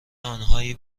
آنهایی